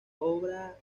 obras